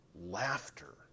laughter